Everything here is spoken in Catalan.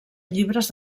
llibres